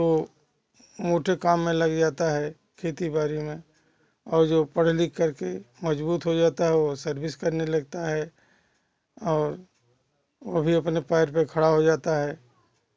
तो मोटे काम में लग जाता है खेती बाड़ी में और जो पढ़ लिख कर मज़बूत हो जाता है वह सर्विस करने लगता है और वह भी अपने पैर पर खड़ा हो जाता है